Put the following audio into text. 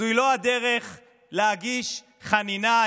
זו לא הדרך להגיש חנינה.